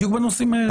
בדיוק בנושאים האלה.